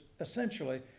essentially